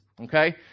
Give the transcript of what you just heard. Okay